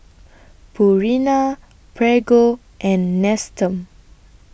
Purina Prego and Nestum